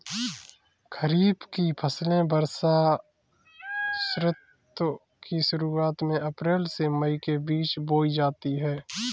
खरीफ की फसलें वर्षा ऋतु की शुरुआत में अप्रैल से मई के बीच बोई जाती हैं